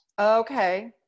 Okay